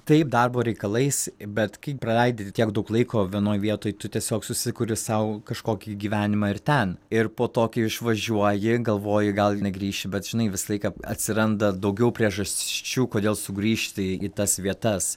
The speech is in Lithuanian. taip darbo reikalais bet kai praleidi tiek daug laiko vienoj vietoj tu tiesiog susikuri sau kažkokį gyvenimą ir ten ir po to kai išvažiuoji galvoji gal ir negrįši bet žinai visą laiką atsiranda daugiau priežasčių kodėl sugrįžti į tas vietas